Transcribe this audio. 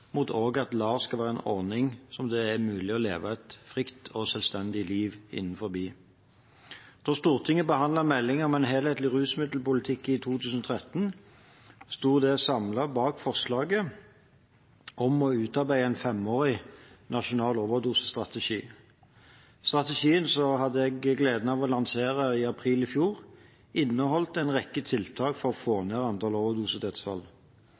mot at LAR også skal være en ordning som det er mulig å leve et fritt og selvstendig liv innenfor. Da Stortinget behandlet meldingen om en helhetlig rusmiddelpolitikk i 2013, sto de samlet bak forslaget om å utarbeide en femårig nasjonal overdosestrategi. Strategien, som jeg hadde gleden av å lansere i april i fjor, inneholder en rekke tiltak for å få ned antallet overdosedødsfall. Ett av tiltakene er prøveprosjektet med nalokson nesespray i Bergen og